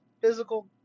physical